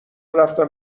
رفتم